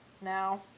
now